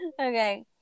Okay